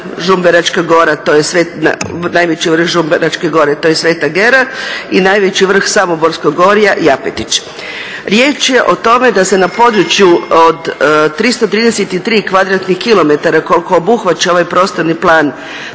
Žumberačke gore to je Sveta Gera i najveći vrh Samoborskog gorja Japetić. Riječ je o tome da se na području od 333 kvadratnih kilometara koliko obuhvaća ovaj prostorni plan